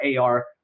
AR